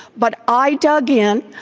but i dug in.